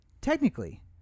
Technically